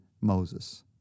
Moses